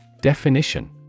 Definition